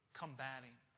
combating